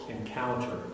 encounter